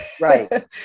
Right